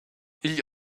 igl